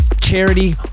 Charity